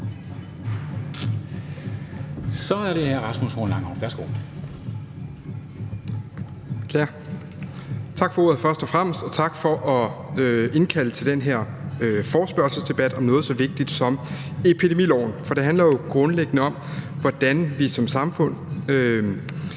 er det hr. Rasmus Horn Langhoff. Værsgo.